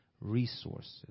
resources